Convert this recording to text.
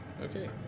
Okay